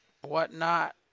whatnot